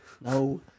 no